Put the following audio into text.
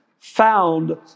found